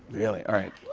really? all right.